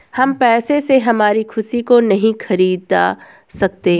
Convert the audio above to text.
हम पैसे से हमारी खुशी को नहीं खरीदा सकते है